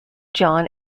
john